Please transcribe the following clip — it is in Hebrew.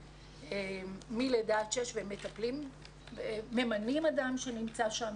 מגיל לידה עד שש וממנים אדם שנמצא שם,